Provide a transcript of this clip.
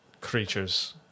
creatures